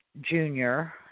Junior